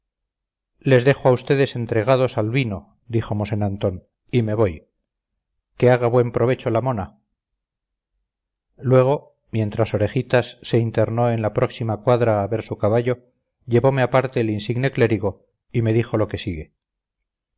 les dejo a ustedes entregados al vino dijo mosén antón y me voy que haga buen provecho la mona luego mientras orejitas se internó en la próxima cuadra para ver su caballo llevome aparte el insigne clérigo y me dijo lo que sigue